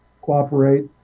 cooperate